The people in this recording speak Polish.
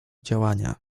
działania